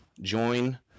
join